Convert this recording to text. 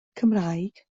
cymraeg